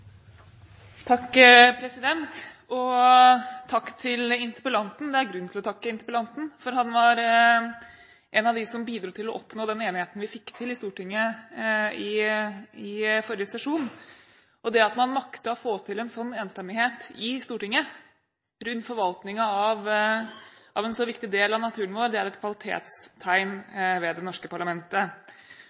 grunn til å takke interpellanten, for han var en av dem som bidro til å oppnå den enigheten vi fikk til i Stortinget i forrige sesjon. Det at man maktet å få til en sånn enstemmighet i Stortinget rundt forvaltningen av en så viktig del av naturen vår, er et kvalitetstegn ved det norske parlamentet.